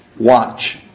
watch